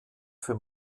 für